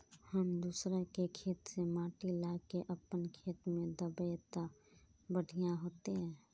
हम दूसरा के खेत से माटी ला के अपन खेत में दबे ते बढ़िया होते?